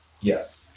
Yes